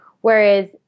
whereas